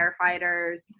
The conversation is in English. firefighters